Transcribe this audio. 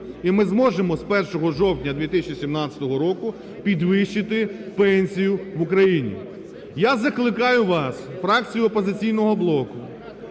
І ми зможемо з 1 жовтня 2017 року підвищити пенсію в Україні. Я закликаю вас, фракцію "Опозиційного блоку",